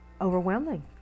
overwhelming